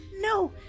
no